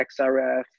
XRF